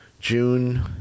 June